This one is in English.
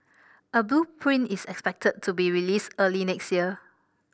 a blueprint is expected to be released early next year